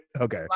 Okay